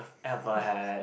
ever had